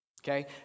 Okay